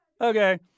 Okay